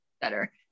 better